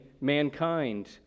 mankind